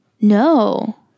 No